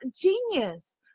genius